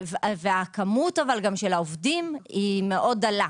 וכמות העובדים היא מאוד דלה.